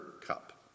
cup